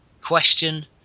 question